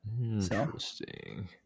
Interesting